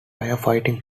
firefighting